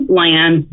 land